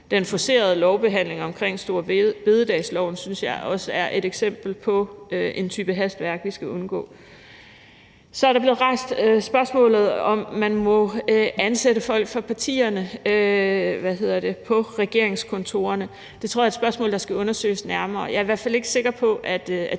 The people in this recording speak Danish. Den forcerede lovbehandling omkring storebededagsloven synes jeg også er et eksempel på en type hastværk, vi skal undgå. Så er der blevet rejst spørgsmålet om, om man må ansætte folk fra partierne på regeringskontorerne. Det tror jeg er et spørgsmål, der skal undersøges nærmere. Jeg er i hvert fald ikke sikker på, at